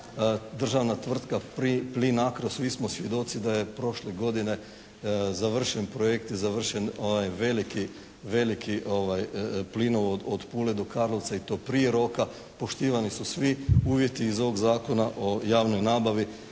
državna tvrtka "Plinacro". Svi smo svjedoci da je prošle godine završen projekt, završen onaj veliki plinovod od Pule do Karlovca i to prije roka, poštivani su svi uvjeti iz ovog Zakona o javnoj nabavi